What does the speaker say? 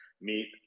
meet